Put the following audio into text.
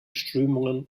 strömungen